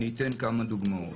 אני אתן כמה דוגמאות: